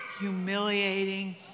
humiliating